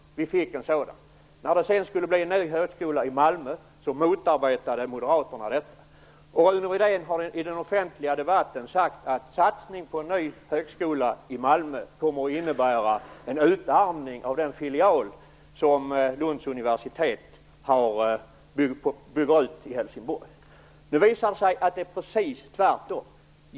Vi fick en sådan. När det sedan skulle bli en ny högskola i Malmö motarbetade Moderaterna detta. Rune Rydén har i den offentliga debatten sagt att satsning på en ny högskola i Malmö kommer att innebära en utarmning av den filial som Lunds universitet bygger i Helsingborg. Det visar sig att det är precis tvärtom.